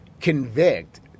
convict